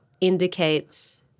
indicates